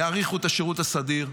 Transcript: יאריכו את השירות הסדיר,